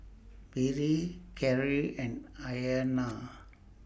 Bree Kerri and Ayanna